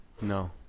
No